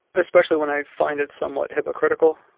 especially when i find it somewhat hypocritical